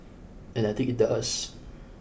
and I think it does